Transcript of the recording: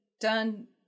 done